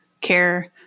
care